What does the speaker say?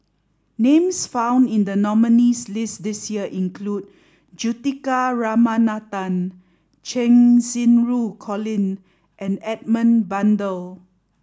names found in the nominees' list this year include Juthika Ramanathan Cheng Xinru Colin and Edmund Blundell